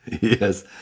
Yes